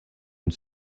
une